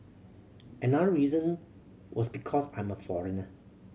another reason was because I'm a foreigner